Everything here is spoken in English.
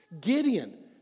Gideon